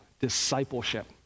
discipleship